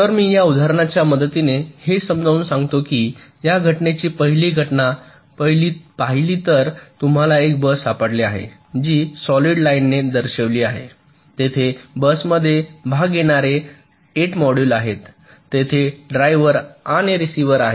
तर मी या उदाहरणाच्या मदतीने हे समजावून सांगतो की या घटनेची पहिली घटना पाहिली तर तुम्हाला एक बस सापडली आहे जी या सॉलिड लाइनने दर्शविली आहे तेथे बसमध्ये भाग घेणारे 8 मॉड्यूल आहेत तेथे ड्रायव्हर आणि रिसीव्हर्स आहेत